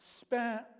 spent